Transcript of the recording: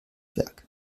werk